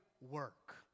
work